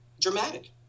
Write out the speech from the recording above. dramatic